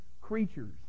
creatures